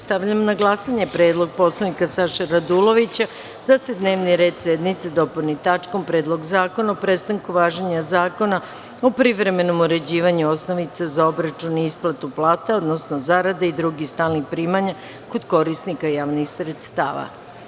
Stavljam na glasanje predlog poslanika Saše Radulovića da se dnevni red sednice dopuni tačkom – Predlog zakona o prestanku važenja Zakona o privremenom utvrđivanju osnovice za obračun i isplatu plata, odnosno zarade i drugih stalnih primanja kod korisnika javnih sredstava.